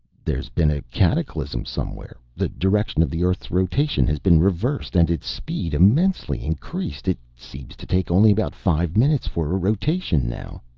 there's been a cataclysm somewhere, the direction of the earth's rotation has been reversed, and its speed immensely increased. it seems to take only about five minutes for a rotation now.